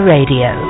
Radio